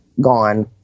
gone